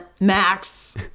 Max